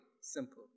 simple